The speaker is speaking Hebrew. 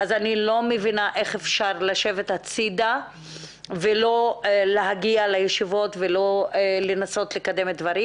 איני מבינה איך אפשר שלא להגיע לישיבות ולקדם דברים.